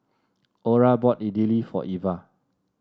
Orah bought Idili for Eva